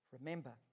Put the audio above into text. Remember